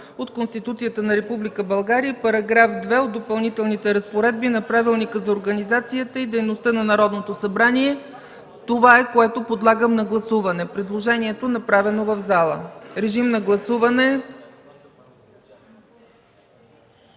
от Конституцията на Република България и § 2 от Допълнителните разпоредби на Правилника за организацията и дейността на Народното събрание”. Това е, което подлагам на гласуване – предложението, направено в залата. Гласували